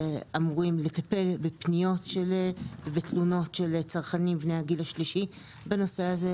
שאמורים לטפל בפניות ובתלונות של צרכנים בני הגיל השלישי בנושא הזה.